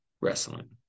wrestling